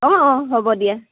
অঁ অঁ হ'ব দিয়া